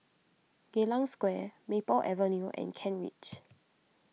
Geylang Square Maple Avenue and Kent Ridge